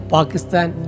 Pakistan